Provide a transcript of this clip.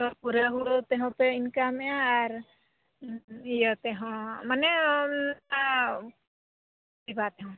ᱛᱟᱯᱚᱨᱮ ᱦᱳᱲᱳ ᱛᱮᱦᱚᱸ ᱯᱮ ᱤᱱᱠᱟᱢᱮᱜᱼᱟ ᱟᱨ ᱤᱭᱟᱹ ᱛᱮᱦᱚᱸ ᱢᱟᱱᱮ ᱚᱱᱟ ᱥᱮᱵᱟ ᱛᱮᱦᱚᱸ